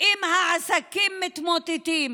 אם העסקים מתמוטטים,